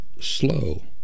slow